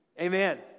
Amen